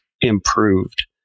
improved